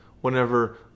whenever